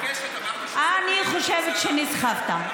אני חושבת שנסחפת.